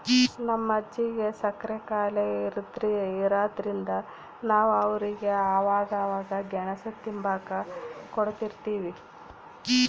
ನಮ್ ಅಜ್ಜಿಗೆ ಸಕ್ರೆ ಖಾಯಿಲೆ ಇರಾದ್ರಿಂದ ನಾವು ಅವ್ರಿಗೆ ಅವಾಗವಾಗ ಗೆಣುಸು ತಿಂಬಾಕ ಕೊಡುತಿರ್ತೀವಿ